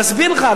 להסביר לך,